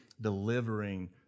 delivering